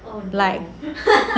like